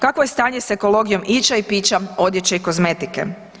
Kakvo je stanje s ekologijom ića i pića, odjeće i kozmetike?